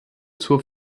zur